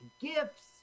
gifts